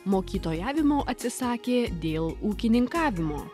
mokytojavimo atsisakė dėl ūkininkavimo